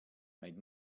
made